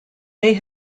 may